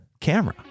camera